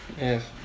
Yes